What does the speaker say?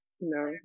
No